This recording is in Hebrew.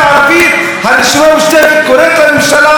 הרשימה המשותפת קוראת לממשלה: תאספו